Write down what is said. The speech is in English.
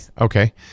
Okay